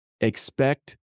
Expect